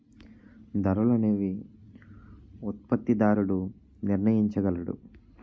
ధరలు అనేవి ఉత్పత్తిదారుడు నిర్ణయించగలడు